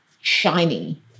shiny